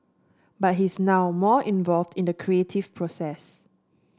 but he's now more involved in the creative process